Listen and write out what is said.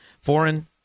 Foreign